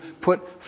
put